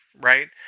right